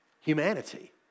humanity